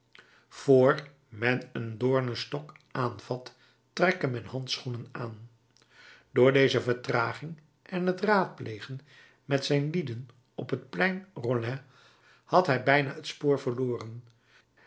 vr men een doornenstok aanvat trekt men handschoenen aan door deze vertraging en het raadplegen met zijn lieden op het plein rollin had hij bijna het spoor verloren